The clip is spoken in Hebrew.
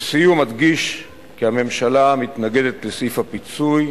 לסיום, אדגיש כי הממשלה מתנגדת לסעיף הפיצוי